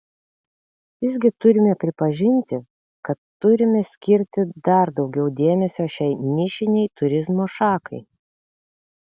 visgi turime pripažinti kad turime skirti dar daugiau dėmesio šiai nišinei turizmo šakai